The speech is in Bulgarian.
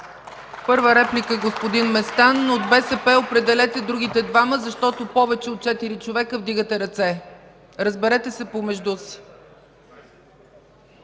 Първа реплика – господин Местан, но от БСП определят другите двама, защото повече от четири човека вдигате ръце. Разберете се помежду си.